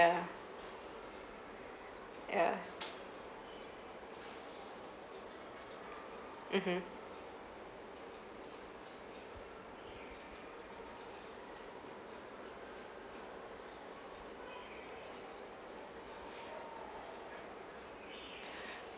yeah mmhmm